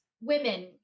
women